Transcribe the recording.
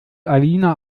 alina